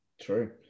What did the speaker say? True